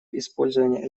использования